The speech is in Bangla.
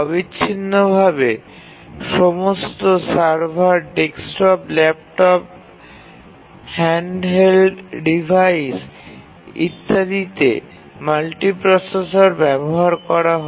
অবিচ্ছিন্নভাবে সমস্ত server desktop laptop handheld device ইত্যাদিতে মাল্টিপ্রসেসর ব্যবহার করা হয়